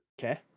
Okay